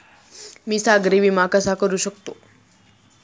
मी सागरी विमा कसा करू शकतो?